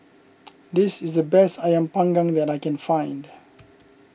this is the best Ayam Panggang that I can find